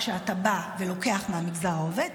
כשאתה בא ולוקח מהמגזר העובד,